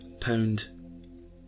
pound